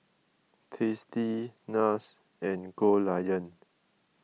Tasty Nars and Goldlion